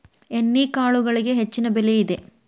ಎಣ್ಣಿಕಾಳುಗಳಿಗೆ ಹೆಚ್ಚಿನ ಬೆಲೆ ಇದೆ